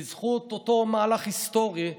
בזכות אותו מהלך היסטורי,